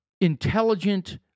intelligent